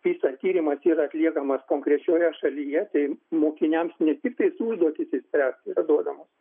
pisa tyrimas yra atliekamas konkrečioje šalyje tai mokiniams ne tiktais užduotys išspręst yra duodamos